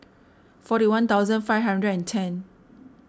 forty one thousand five hundred and ten